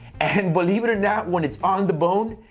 and believe it or not, when it's on the bone,